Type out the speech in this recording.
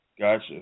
Gotcha